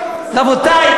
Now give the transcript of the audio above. רבותי,